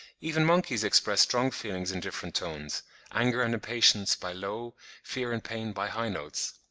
even monkeys express strong feelings in different tones anger and impatience by low fear and pain by high notes.